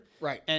Right